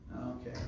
Okay